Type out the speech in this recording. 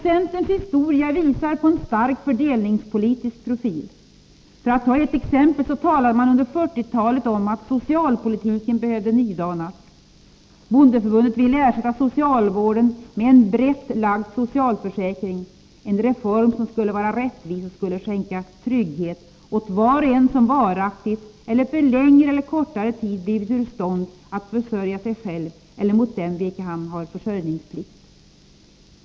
Centerns historia visar på en stark fördelningspolitisk profil. För att ta ett exempel så talade man under 1940-talet om att socialpolitiken behövde nydanas. Bondeförbundet ville ersätta socialvården med en ”brett lagd socialförsäkring” — en reform som skulle vara ”rättvis” och skulle skänka ”trygghet åt var och en som varaktigt eller för längre eller kortare tid blivit ur stånd att försörja sig själv eller dem mot vilka han har försörjningsplikt”.